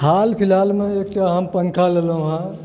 हाल फिलहालमे एकटा हम पङ्खा लेलहुँ हँ